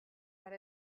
per